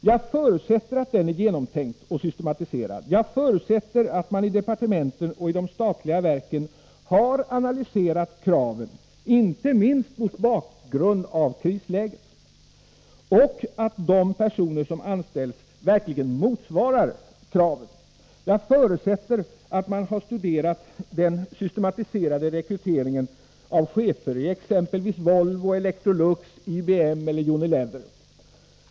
Jag förutsätter att den är genomtänkt och systematiserad. Jag förutsätter att man i departementen och i de statliga verken har analyserat kraven —- inte minst mot bakgrund av krisläget — och att de personer som anställs verkligen motsvarar dessa. Jag förutsätter att man har studerat den systematiserade rekryteringen av chefer i exempelvis Volvo, Electrolux, IBM eller Unilever.